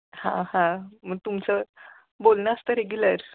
हां हां मग तुमचं बोलणं असतं रेग्युलर